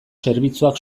zerbitzuak